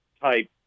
type